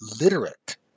literate